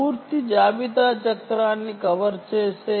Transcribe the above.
ఇది పూర్తి inventory cycle ని కవర్ చేస్తుంది